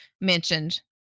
mentioned